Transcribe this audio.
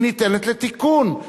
היא ניתנת לתיקון.